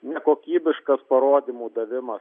nekokybiškas parodymų davimas